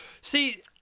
See